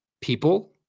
people